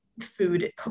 food